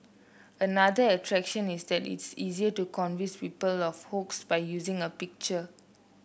another attraction is that it is easier to convince people of a hoax by using a picture